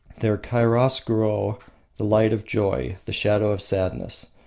their chiaroscuro the light of joy, the shadow of sadness.